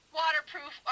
waterproof